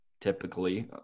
typically